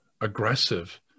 aggressive